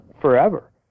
forever